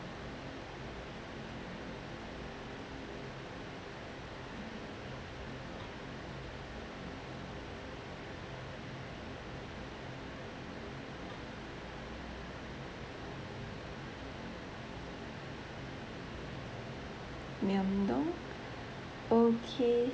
myeongdong okay